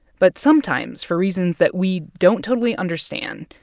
but sometimes, for reasons that we don't totally understand,